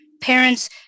parents